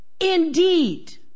Indeed